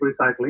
recycling